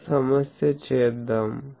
ఒక సమస్య చేద్దాం